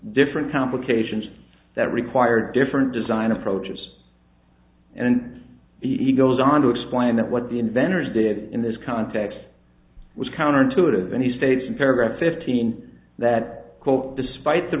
different complications that require different design approaches and he goes on to explain that what the inventors did in this context was counterintuitive any stage in paragraph fifteen that quote despite the